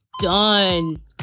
Done